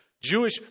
Jewish